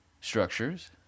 structures